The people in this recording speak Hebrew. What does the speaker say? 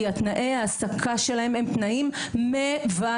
כי תנאי ההעסקה שלהן הם תנאים מבזים.